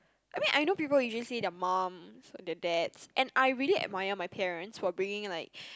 I mean I know people usually say their moms or their dads and I really admire my parents for bringing like